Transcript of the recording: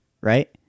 right